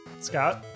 Scott